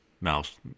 mouse